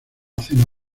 cena